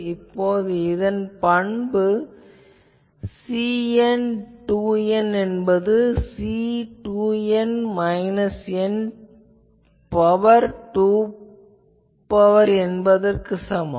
இப்போது இதன் பண்பு Cn2N என்பது C2N n2N என்பதற்குச் சமம்